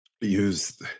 use